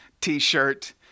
t-shirt